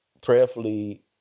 prayerfully